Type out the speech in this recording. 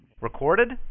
Recorded